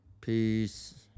peace